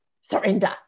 surrender